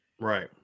Right